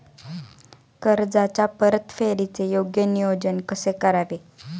कर्जाच्या परतफेडीचे योग्य नियोजन कसे करावे?